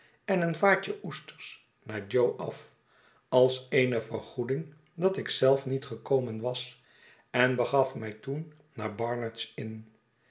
en een vaatje oesters naar jo af als eene vergoeding dat ik zelf niet gekomen was en begaf mij toen naar barnard's inn